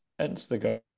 Instagram